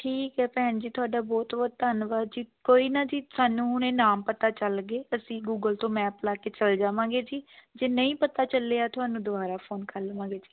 ਠੀਕ ਹੈ ਭੈਣ ਜੀ ਤੁਹਾਡਾ ਬਹੁਤ ਬਹੁਤ ਧੰਨਵਾਦ ਜੀ ਕੋਈ ਨਾ ਜੀ ਸਾਨੂੰ ਹੁਣੇ ਨਾਮ ਪਤਾ ਚੱਲ ਗਏ ਅਸੀਂ ਗੂਗਲ ਤੋਂ ਮੈਪ ਲਾ ਕੇ ਚੱਲ ਜਾਵਾਂਗੇ ਜੀ ਜੇ ਨਹੀਂ ਪਤਾ ਚੱਲਿਆ ਤੁਹਾਨੂੰ ਦੁਆਰਾ ਫ਼ੋਨ ਕਰਲਵਾਂਗੇ ਜੀ